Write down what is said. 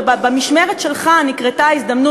ובמשמרת שלך נקרתה ההזדמנות,